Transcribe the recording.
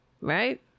right